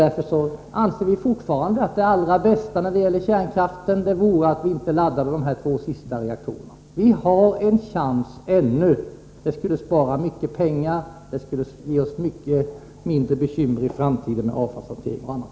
Därför anser vi fortfarande att det allra bästa när det gäller kärnkraften vore att de två sista reaktorerna inte laddades. Vi har en chans — ännu. Det skulle spara mycket pengar och ge oss betydligt mindre bekymmer i framtiden med avfallshantering och annat.